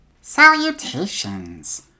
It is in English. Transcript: Salutations